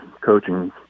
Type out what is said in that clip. coaching